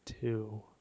Two